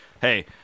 Hey